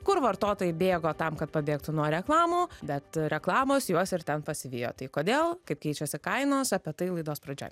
kur vartotojai bėgo tam kad pabėgtų nuo reklamų bet reklamos juos ir ten pasivijo tai kodėl kaip keičiasi kainos apie tai laidos pradžioj